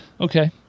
Okay